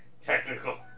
technical